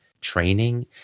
training